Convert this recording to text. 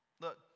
Look